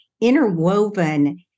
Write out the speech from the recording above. interwoven